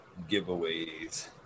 giveaways